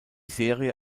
serie